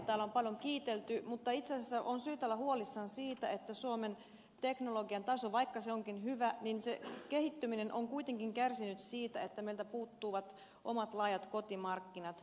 täällä on paljon kiitelty mutta itse asiassa on syytä olla huolissaan siitä että suomen teknologian tason vaikka se onkin hyvä kehittyminen on kuitenkin kärsinyt siitä että meiltä puuttuvat omat laajat kotimarkkinat